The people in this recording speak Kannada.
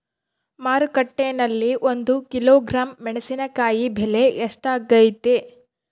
ಮಾರುಕಟ್ಟೆನಲ್ಲಿ ಒಂದು ಕಿಲೋಗ್ರಾಂ ಮೆಣಸಿನಕಾಯಿ ಬೆಲೆ ಎಷ್ಟಾಗೈತೆ?